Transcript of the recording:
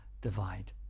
divide